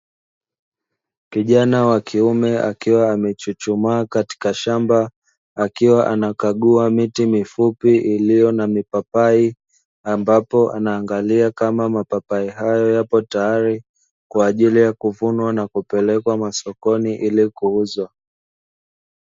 Kijana wa kiume akiwa amechuchumaa katika shamba akiwa anakagua miti mifupi iliyo na mipapai, ambapo anaangalia kama mapapai hayo yapo tayari kwa ajili ya kuvunwa na kupelekwa masokoni ili kuuzwa.